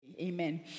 amen